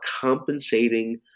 compensating